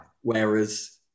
Whereas